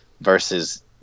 versus